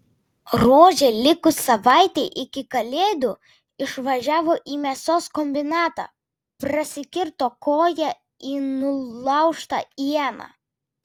rožė likus savaitei iki kalėdų išvažiavo į mėsos kombinatą prasikirto koją į nulaužtą ieną